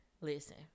listen